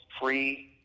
free